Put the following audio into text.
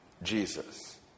Jesus